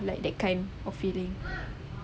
like that kind of feeling